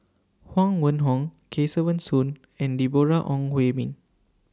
Huang Wenhong Kesavan Soon and Deborah Ong Hui Min